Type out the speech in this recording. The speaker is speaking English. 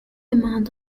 amount